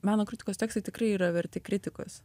meno kritikos tekstai tikrai yra verti kritikos